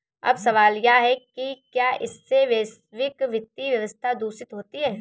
अब सवाल यह है कि क्या इससे वैश्विक वित्तीय व्यवस्था दूषित होती है